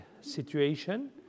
situation